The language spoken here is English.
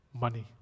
money